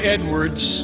Edwards